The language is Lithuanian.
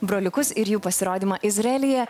broliukus ir jų pasirodymą izraelyje